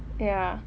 ya